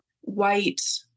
white